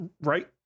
Right